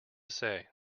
say